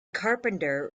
carpenter